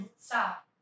stop